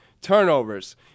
Turnovers